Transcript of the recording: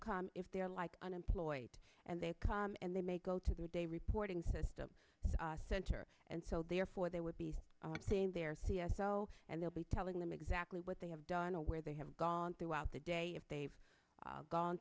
come if they are like unemployed and they come and they may go to their day reporting system center and so therefore they would be saying they're c s l and they'll be telling them exactly what they have done to where they have gone throughout the day if they've gone